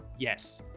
yes,